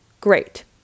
Great